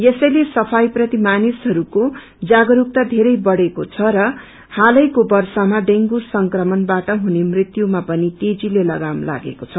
यसैले सुाई प्रति मानिसहरूको जागरूकता धरै बढेको छ र हालैको वर्षमा ड़ेंगू संक्रमणबाट हुने मृत्युमा पनि तेजीले लगाम लागेको छ